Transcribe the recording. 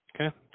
Okay